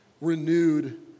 renewed